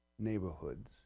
neighborhoods